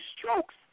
strokes